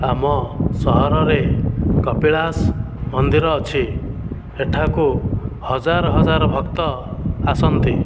ଆମ ସହରରେ କପିଳାସ ମନ୍ଦିର ଅଛି ଏଠାକୁ ହଜାର ହଜାର ଭକ୍ତ ଆସନ୍ତି